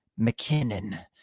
McKinnon